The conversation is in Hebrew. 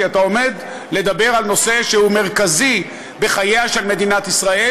כי אתה עומד לדבר על נושא שהוא מרכזי בחייה של מדינת ישראל,